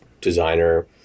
designer